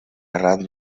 arran